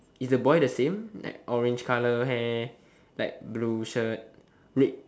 is the boy the same like orange colour hair like blue shirt